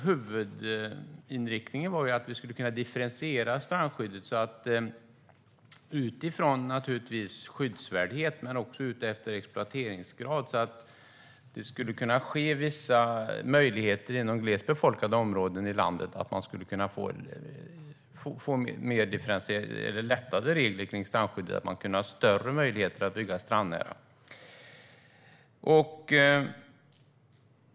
Huvudinriktningen var att vi skulle kunna differentiera strandskyddet utifrån skyddsvärdhet, naturligtvis, men också utifrån exploateringsgrad. Det skulle kunna bli vissa möjligheter inom glest befolkade områden i landet att få lättare regler kring strandskyddet. Man skulle då ha större möjligheter att bygga strandnära.